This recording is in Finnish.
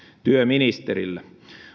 työministerillä